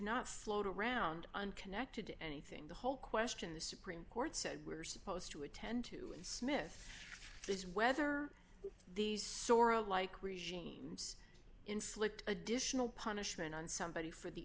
not float around unconnected to anything the whole question the supreme court said we're supposed to attend to smith is whether these sora like regimes inflict additional punishment on somebody for the